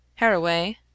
Haraway